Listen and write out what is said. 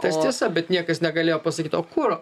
tas tiesa bet niekas negalėjo pasakyt o kur